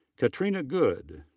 katrina good.